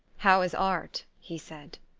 how is art? he said.